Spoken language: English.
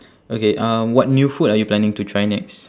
okay uh what new food are you planning to try next